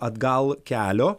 atgal kelio